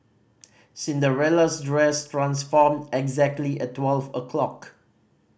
Cinderella's dress transformed exactly at twelve o'clock